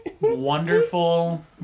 wonderful